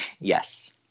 Yes